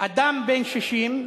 אדם בן 60,